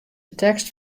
tekst